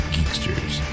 Geeksters